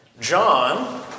John